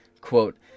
Quote